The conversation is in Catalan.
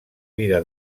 vida